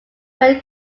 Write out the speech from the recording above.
bend